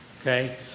Okay